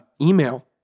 email